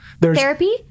Therapy